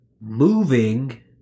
Moving